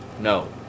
No